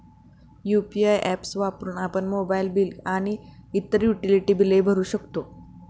UPI apps वापरून आपण mobile bill आणि इतर युटिलिटी बिले भरू शकतो